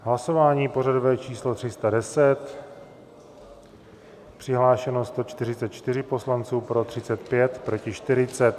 Hlasování pořadové číslo 310, přihlášeno 144 poslanců, pro 35, proti 40.